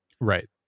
Right